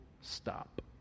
stop